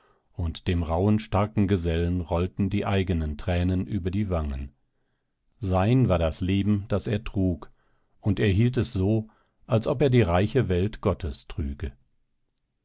und dem rauhen starken gesellen rollten die eigenen tränen über die wangen sein war das leben das er trug und er hielt es als ob er die reiche welt gottes trüge